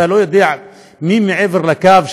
אתה לא יודע מי מעבר לקו,